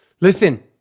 listen